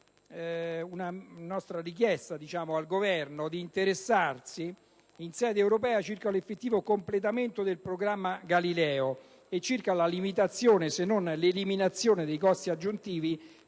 inoltre al Governo di interessarsi in sede europea circa l'effettivo completamento del programma Galileo e la limitazione, se non l'eliminazione, dei costi aggiuntivi